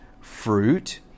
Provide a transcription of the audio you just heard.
fruit